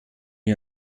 wir